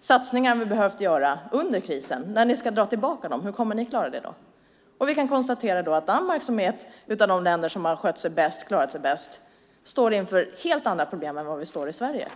satsningar som ni behövt göra under krisen? Vi kan konstatera att Danmark, som är ett av de länder som har klarat sig bäst, står inför helt andra problem än vi i Sverige.